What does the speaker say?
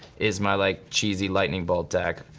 is my like cheesy lightning bolt deck,